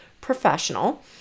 professional